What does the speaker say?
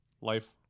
Life